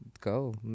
go